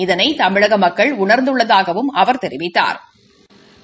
இதனை தமிழக மக்கள் உணா்ந்துள்ளதாகவும் அவா் தெரிவித்தாா்